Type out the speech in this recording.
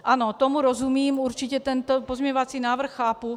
Ano, tomu rozumím, určitě tento pozměňovací návrh chápu.